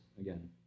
again